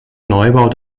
neubau